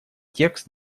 текст